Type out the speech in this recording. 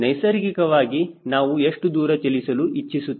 ನೈಸರ್ಗಿಕವಾಗಿ ನಾವು ಎಷ್ಟು ದೂರ ಚಲಿಸಲು ಇಚ್ಚಿಸುತ್ತೇವೆ